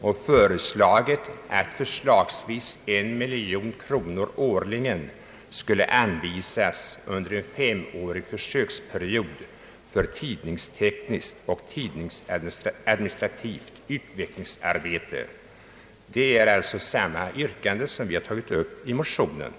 och föreslagit att förslagsvis en miljon kronor årligen skulle anvisas under en femårig försöksperiod för tidningstekniskt och tidningsadministrativt utvecklingsarbete. Det är alltså samma yrkande som vi tagit upp i motionen.